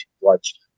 watch